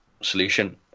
solution